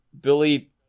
billy